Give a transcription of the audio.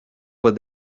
would